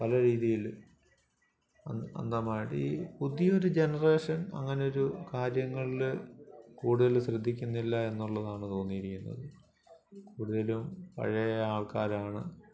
പല രീതിയിൽ അന്ധ അന്ധമായിട്ട് ഈ പുതിയൊരു ജനറേഷൻ അങ്ങനെ ഒരു കാര്യങ്ങളിൽ കൂടുതൽ ശ്രദ്ധിക്കുന്നില്ല എന്നുള്ളതാണ് തോന്നിയിരിക്കുന്നത് കൂടുതലും പഴയ ആൾക്കാരാണ്